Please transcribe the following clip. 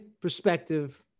perspective